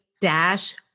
dash